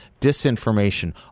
disinformation